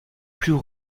plus